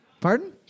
Pardon